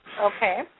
Okay